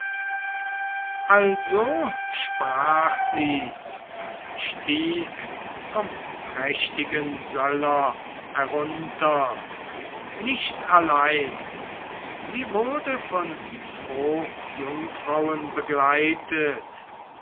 also sprach sie und stieg vom prächtigen söller herunter nicht allein sie wurde von zwo jungfrauen begleitet